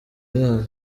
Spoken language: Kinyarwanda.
imana